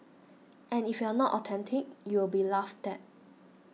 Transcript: and if you are not authentic you will be laughed at